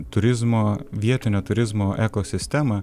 turizmo vietinio turizmo ekosistemą